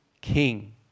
king